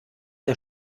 der